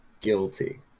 guilty